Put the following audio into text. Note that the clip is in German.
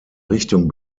richtung